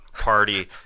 party